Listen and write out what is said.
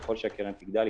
ככל שהקרן תגדל,